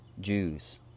Jews